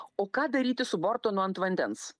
o ką daryti su bortonu ant vandens